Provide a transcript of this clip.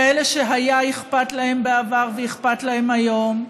כאלה שהיה אכפת להם בעבר ואכפת להם היום,